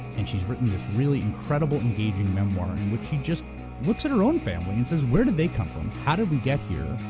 and she's written this really incredible, engaging memoir in which she just looks at her own family and says, where did they come from? how did we get here,